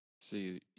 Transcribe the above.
See